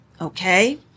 Okay